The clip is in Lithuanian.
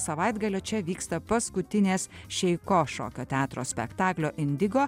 savaitgalio čia vyksta paskutinės šeiko šokio teatro spektaklio indigo